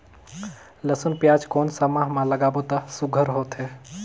लसुन पियाज कोन सा माह म लागाबो त सुघ्घर होथे?